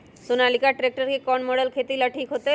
Sonalika tractor के कौन model खेती ला ठीक होतै?